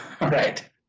Right